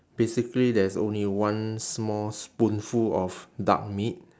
basically there's only one small spoonful of duck meat